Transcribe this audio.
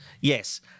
Yes